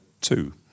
two